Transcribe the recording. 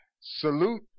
Salute